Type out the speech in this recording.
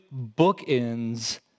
bookends